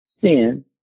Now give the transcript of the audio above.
sin